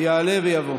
יעלה ויבוא.